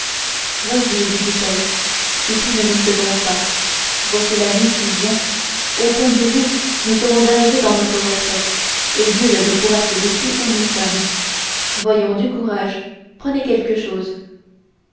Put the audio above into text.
voyez lui dit-elle si tout ne nous seconde pas voici la nuit qui vient au point du jour nous serons arrivées dans notre retraite et nul ne pourra se douter où nous sommes voyons du courage prenez quelque chose